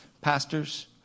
Pastors